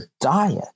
diet